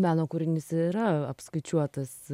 meno kūrinys ir yra apskaičiuotas